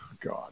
god